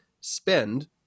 spend